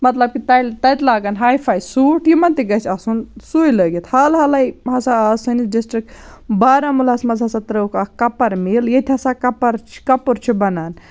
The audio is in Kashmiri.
مطلب کہِ تَل تَتہِ لاگَن ہاے فاے سوٗٹ یِمَن تہِ گَژھِ آسُن سُے لٲگِتھ حال حالٕے ہَسا آو سٲنِس ڈِسٹرک بارہمُلہَس مَنٛز ہَسا ترٲوٕ کھ اَکھ کَپَر میٖل ییٚتہِ ہَسا کَپَر کَپُر چھُ بَنان